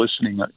listening